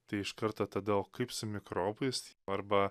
tai iš karto tada o kaip su mikrobais arba